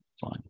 Fine